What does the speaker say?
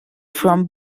from